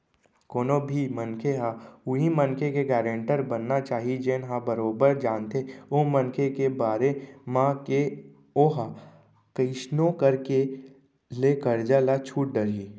कोनो भी मनखे ह उहीं मनखे के गारेंटर बनना चाही जेन ह बरोबर जानथे ओ मनखे के बारे म के ओहा कइसनो करके ले करजा ल छूट डरही